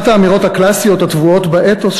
אחת האמירות הקלאסיות הטבועות באתוס